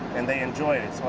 and they enjoyed it. so